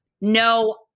no